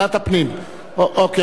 אוקיי.